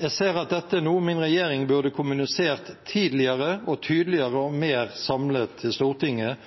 Jeg ser at dette er noe min regjering burde kommunisert tidligere og tydeligere og mer samlet til Stortinget,